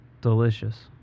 delicious